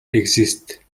exist